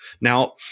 Now